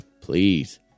please